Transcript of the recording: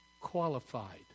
qualified